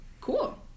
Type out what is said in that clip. Cool